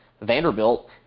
Vanderbilt